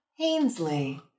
Hainsley